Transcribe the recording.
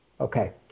okay